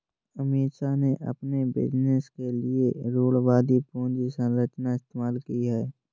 अमीषा ने अपने बिजनेस के लिए रूढ़िवादी पूंजी संरचना इस्तेमाल की है